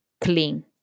clean